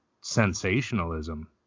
sensationalism